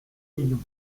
millions